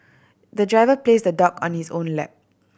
the driver placed the dog on his own lap